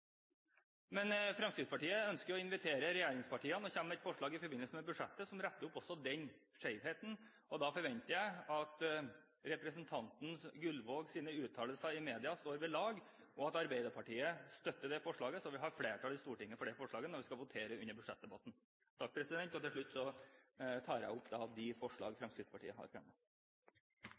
Men Fremskrittspartiet ønsker å invitere regjeringspartiene og kommer med et forslag i forbindelse med budsjettet som retter opp også den skjevheten, og da forventer jeg at representanten Gullvågs uttalelser i media står ved lag, og at Arbeiderpartiet støtter det forslaget, slik at vi får flertall i Stortinget for det forslaget når vi skal votere under budsjettdebatten. Til slutt tar jeg opp det forslaget Fremskrittspartiet har